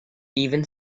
even